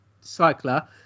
cycler